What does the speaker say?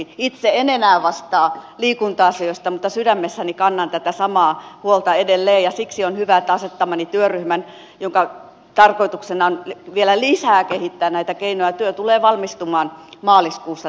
itse en enää vastaa liikunta asioista mutta sydämessäni kannan tätä samaa huolta edelleen ja siksi on hyvä että asettamani työryhmän jonka tarkoituksena on vielä lisää kehittää näitä keinoja työ tulee valmistumaan maaliskuussa tältä osin